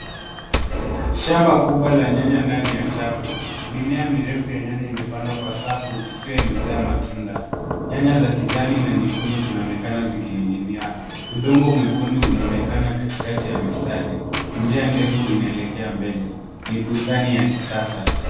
Shamba kubwa la nyanya ndani ya chafu. Mimea mirefu ya nyanya imepandwa kwa safu ikiwa imejaa matunda. Nyanya za kijani na nyekundu zinaonekana zikiwa zimening'inia. Udongo mwekundu unaonekana katikati ya mistari . Njia ndefu inaelekea mbele. Ni bustani ya kisasa.